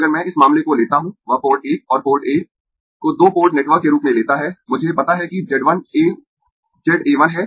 अगर मैं इस मामले को लेता हूं वह पोर्ट 1 और पोर्ट A को दो पोर्ट नेटवर्क के रूप में लेता है मुझे पता है कि Z 1 A Z A 1 है